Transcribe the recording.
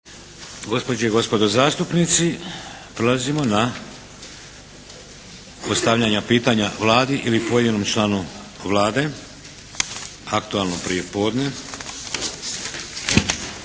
Gospođe i gospodo zastupnici, prelazimo na postavljanja pitanja Vladi ili pojedinom članu Vlade. Aktualno prijepodne.